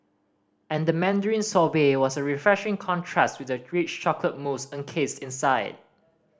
and the mandarin sorbet was a refreshing contrast with the rich chocolate mousse encased inside